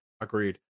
Agreed